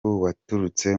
waturutse